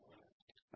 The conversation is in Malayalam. trip details